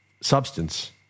substance